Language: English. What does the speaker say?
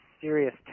serious